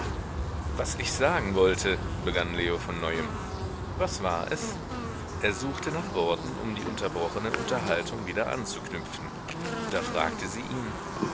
was ich sagen wollte begann leo von neuem was war es er suchte nach worten um die unterbrochene unterhaltung wieder anzuknüpfen da fragte sie ihn